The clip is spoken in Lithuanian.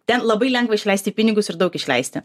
ten labai lengva išleisti pinigus ir daug išleisti